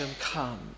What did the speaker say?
come